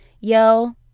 yo